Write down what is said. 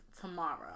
tomorrow